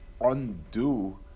undo